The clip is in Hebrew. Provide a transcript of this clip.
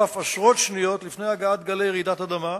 או אף עשרות שניות לפני הגעת גלי רעידת אדמה,